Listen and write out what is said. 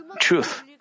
truth